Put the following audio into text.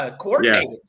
coordinated